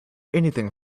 anything